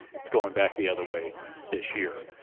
it's going back the other way this year.